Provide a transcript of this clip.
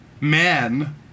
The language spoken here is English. Men